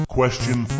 Question